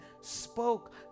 spoke